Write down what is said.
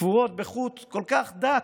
תפורות בחוט כל כך דק,